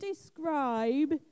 describe